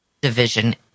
Division